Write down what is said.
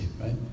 right